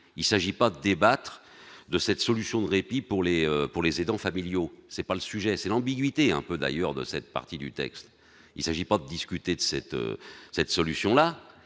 il s'agit pas de débattre de cette solution de répit pour les pour les aidants familiaux, c'est pas le sujet, c'est l'ambiguïté, un peu d'ailleurs de cette partie du texte, il s'agit pas discuter de cette cette solution là,